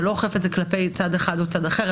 אתה לא אוכף את זה כלפי צד אחד או צד אחר,